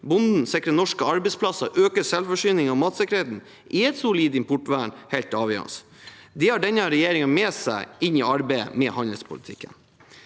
bonden, sikre norske arbeidsplasser og øke selvforsyningen og matsikkerheten, er et solid importvern helt avgjørende. Det har denne regjeringen med seg inn i arbeidet med handelspolitikken.